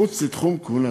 מחוץ לתחום כהונתו.